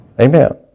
Amen